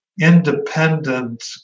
independent